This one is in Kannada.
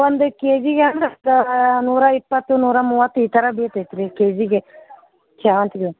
ಒಂದು ಕೆ ಜಿಗೆ ಅಂದ್ರೆ ನೂರಾ ಇಪ್ಪತ್ತು ನೂರಾ ಮೂವತ್ತು ಈ ಥರ ಬೀಳ್ತದೆ ರೀ ಕೆ ಜಿಗೆ ಸೇವಂತಿಗೆ ಹೂವು